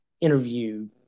interview